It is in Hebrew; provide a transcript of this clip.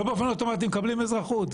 לא באופן אוטומטי מקבלים אזרחות.